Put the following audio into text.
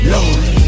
Lord